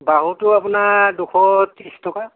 বাহুটো আপোনাৰ দুশ ত্ৰিছ টকা